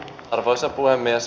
arvoisa puhemies